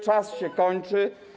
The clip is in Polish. Czas się kończy.